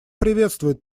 приветствует